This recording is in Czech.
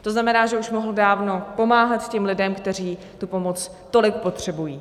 To znamená, že už mohl dávno pomáhat lidem, kteří tu pomoc tolik potřebují.